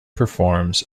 performs